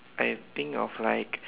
I think of like